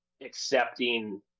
accepting